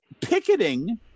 picketing